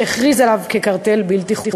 שהכריז עליו כקרטל בלתי חוקי.